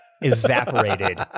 evaporated